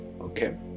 okay